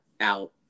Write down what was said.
out